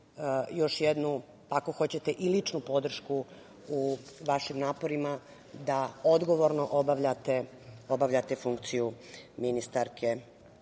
još jednu, ako hoćete, i ličnu podršku u vašim naporima da odgovorno obavljate funkciju ministarke